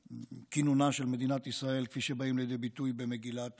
כינונה של מדינת ישראל כפי שהם באים לידי ביטוי במגילת